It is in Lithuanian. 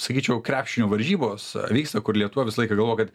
sakyčiau krepšinio varžybos vyksta kur lietuva visą laiką galvoja kad